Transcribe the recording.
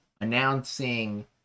announcing